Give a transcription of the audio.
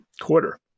quarter